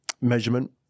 measurement